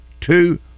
two